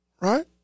Right